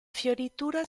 fioritura